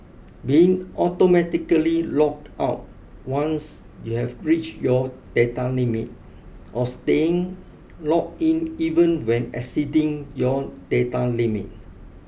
being automatically logged out once you've reached your data limit or staying logged in even when exceeding your data limit